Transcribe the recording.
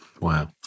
Wow